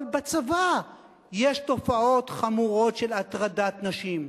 אבל בצבא יש תופעות חמורות של הטרדת נשים,